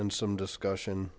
and some discussion